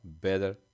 better